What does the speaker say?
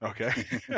Okay